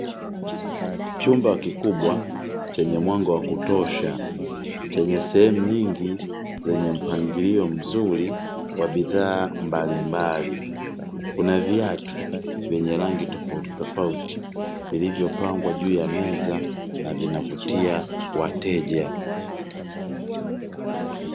Chumba kikubwa chenye mwanga wa kutosha, chenye sehemu nyingi zenye mpangilio mzuri wa bidhaa mbalimbali, kuna viatu vyenye rangi tofauti tofauti, vilivyopangwa juu ya meza, na vinavutia wateja.